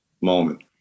moment